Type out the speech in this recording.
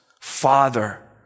Father